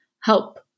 help